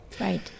Right